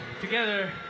together